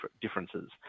differences